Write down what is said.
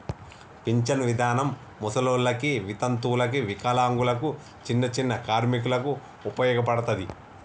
pension విధానం ముసలోళ్ళకి వితంతువులకు వికలాంగులకు చిన్ని చిన్ని కార్మికులకు ఉపయోగపడతది